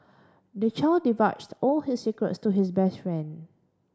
the child divulged all his secrets to his best friend